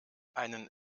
einen